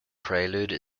prelude